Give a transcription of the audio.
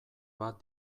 bat